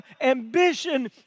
ambition